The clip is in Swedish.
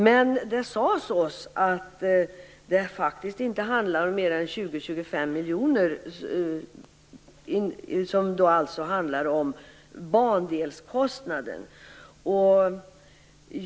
Men det sades oss att det faktiskt inte är mer än 20-25 miljoner som rör bandelskostnaden.